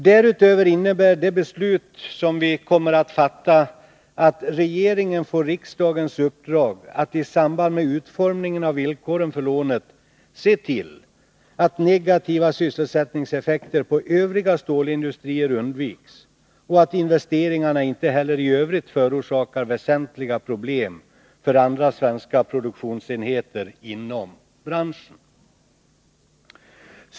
Därutöver innebär det beslut vi kommer att fatta att regeringen får riksdagens uppdrag att, i samband med utformningen av villkoren för lånet, se till att negativa sysselsättningseffekter på övriga stålindustrier undviks och att investeringarna inte heller i övrigt förorsakar väsentliga problem för andra svenska produktionsenheter inom branschen.